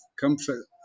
comfort